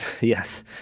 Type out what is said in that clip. Yes